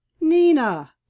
nina